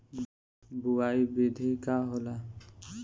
बुआई विधि का होला?